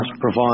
provide